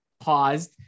paused